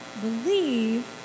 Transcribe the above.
believe